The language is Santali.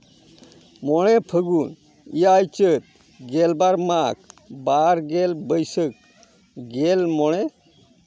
ᱢᱚᱬᱮ ᱯᱷᱟᱹᱜᱩᱱ ᱮᱭᱟᱭ ᱪᱟᱹᱛ ᱜᱮᱞᱵᱟᱨ ᱢᱟᱜᱽ ᱵᱟᱨ ᱜᱮᱞ ᱵᱟᱹᱭᱥᱟᱹᱠᱷ ᱜᱮᱞ ᱢᱚᱬᱮ